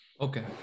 Okay